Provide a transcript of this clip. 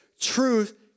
Truth